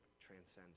transcends